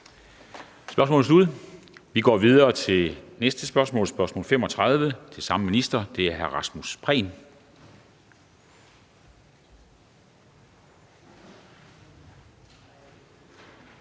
Spørgsmålet er sluttet. Vi går videre til næste spørgsmål, spørgsmål 35, til samme minister, og det er af hr. Rasmus Prehn.